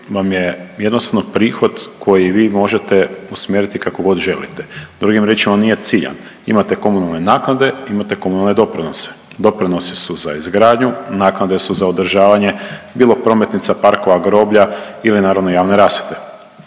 vam je jednostavno prihod koji vi možete usmjeriti kako god želite. Drugim riječima, on nije ciljan. Imate komunalne naknade, imate komunalne doprinose. Doprinosi su za izgradnju, naknade su za održavanje, bilo prometnica, parkova, groblja ili naravno, javne rasvjete.